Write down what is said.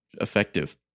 Effective